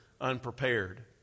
unprepared